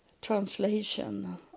translation